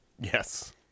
Yes